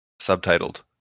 subtitled